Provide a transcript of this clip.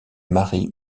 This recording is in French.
mary